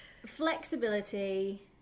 Flexibility